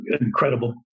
incredible